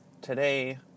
today